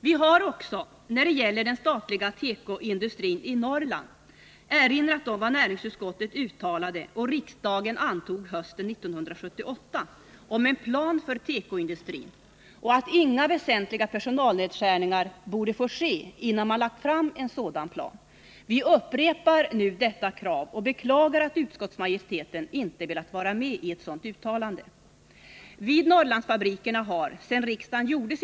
Vi har också när det gäller den statliga tekoindustrin i Norrland erinrat om vad näringsutskottet uttalade — det uttalandet godtogs av riksdagen — hösten 1978 om en plan för tekoindustrin. Inga väsentliga personalnedskärningar borde få ske innan man lagt fram en sådan plan, sades det. Vi upprepar nu detta krav och beklagar att utskottsmajoriteten inte velat vara med om ett sådant uttalande.